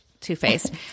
Two-faced